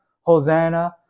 Hosanna